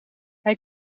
hij